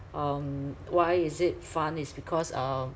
um why is it fun is because uh